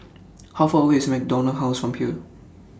How Far away IS MacDonald House from here